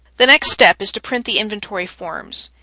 the next step is to print the inventory forms.